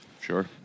Sure